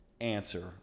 answer